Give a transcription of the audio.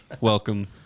Welcome